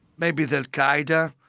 maybe the al qaeda,